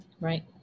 Right